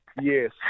Yes